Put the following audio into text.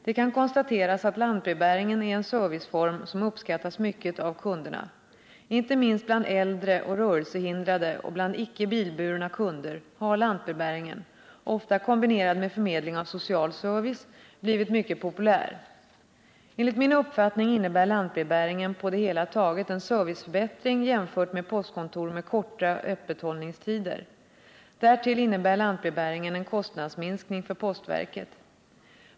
Det kan konstateras att lantbrevbäringen är en serviceform som uppskattas mycket av kunderna. Inte minst bland äldre och rörelsehindrade och bland icke bilburna kunder har lantbrevbäringen — ofta kombinerad med förmedling av social service — blivit mycket populär. Enligt min uppfattning innebär lantbrevbäringen på det hela taget en serviceförbättring jämfört med postkontor med korta öppethållningstider. Därtill innebär lantbrevbäringen en kostnadsminskning för postverket.